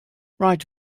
right